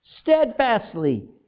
steadfastly